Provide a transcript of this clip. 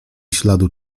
śladu